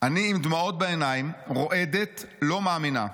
"אני עם דמעות בעיניים, רועדת, לא מאמינה.